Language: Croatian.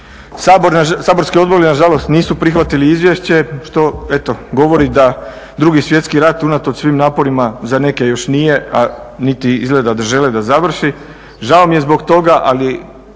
Saborski odbori nažalost nisu prihvatili izvješće što eto govori da 2.svjetski rat unatoč svim naporima za neke još nije, a niti izgleda da žele da završi. Žao mi je zbog toga, ali